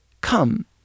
Come